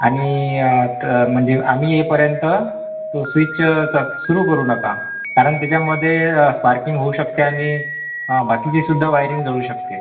आणि तर म्हणजे आम्ही येईपर्यंत तो स्विच तसा सुरू करू नका कारण त्याच्यामध्ये स्पार्किंग होऊ शकते आणि बाकीचीसुद्धा वायरिंग जळू शकते